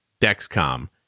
Dexcom